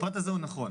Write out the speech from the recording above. הפרט הזה הוא נכון,